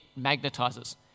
magnetizes